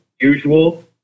usual